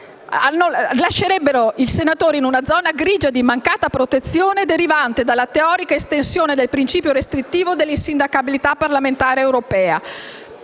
sostanzialmente il senatore in una zona grigia di mancata protezione, derivante dalla teorica estensione del principio restrittivo dell'insindacabilità parlamentare europea.